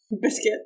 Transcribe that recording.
biscuit